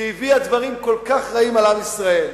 שהביאה דברים כל כך רעים על עם ישראל.